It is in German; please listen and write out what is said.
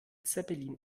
zeppelin